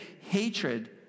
hatred